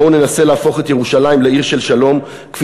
בואו ננסה להפוך את ירושלים לעיר של שלום כפי